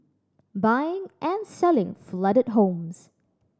buying and selling flooded homes